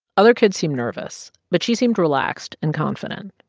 other kids seemed nervous. but she seemed relaxed and confident,